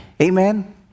Amen